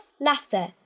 laughter